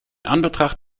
anbetracht